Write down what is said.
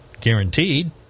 guaranteed